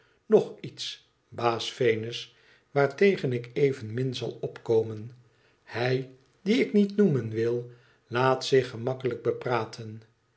nog iets baas venus waartegen ik evenmin zal opkomen hij dien ik niet noemen wil laat zich gemakkelijk bepraten